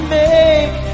make